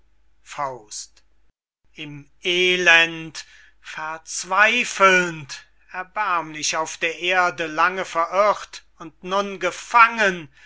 faust mephistopheles im elend verzweifelnd erbärmlich auf der erde lange verirrt und nun gefangen